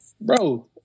bro